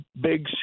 big